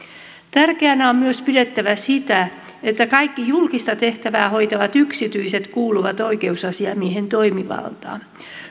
tärkeänä on pidettävä myös sitä että kaikki julkista tehtävää hoitavat yksityiset kuuluvat oikeusasiamiehen toimivaltaan